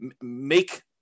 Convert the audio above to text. make